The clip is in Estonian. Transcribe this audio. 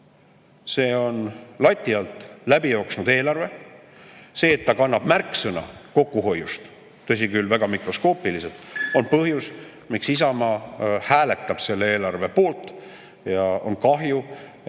see on lati alt läbi jooksnud eelarve. See, et ta kannab märksõna "kokkuhoid", tõsi küll, väga mikroskoopiliselt, on põhjus, miks Isamaa hääletab selle eelarve poolt. On kahju,